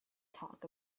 talk